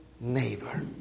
neighbor